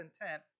intent